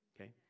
Okay